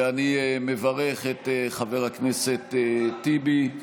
ואני מברך את חבר הכנסת טיבי,